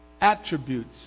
attributes